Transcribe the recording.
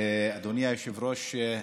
אדוני היושב-ראש,